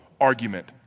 argument